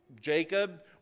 Jacob